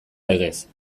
legez